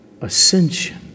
ascension